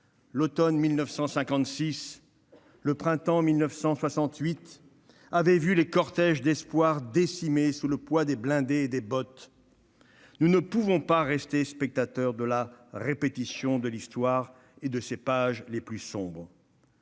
L'automne 1956 et le printemps 1968 avaient vu les cortèges d'espoirs décimés sous le poids des blindés et des bottes. Nous ne pouvons pas rester spectateurs de la répétition de l'Histoire et de ses pages le plus sombres.